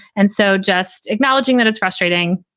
and so just acknowledging that it's frustrating,